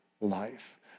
life